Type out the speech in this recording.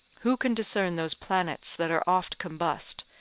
who can discern those planets that are oft combust,